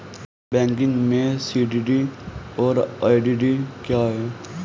Banking में CDD और EDD क्या हैं?